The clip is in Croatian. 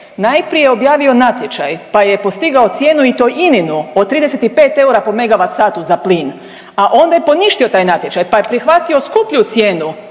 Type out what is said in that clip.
najprije objavio natječaj pa je postigao cijenu i to Ininu od 35 eura po MWh za plin, a onda je poništio taj natječaj pa je prihvatio skuplju cijenu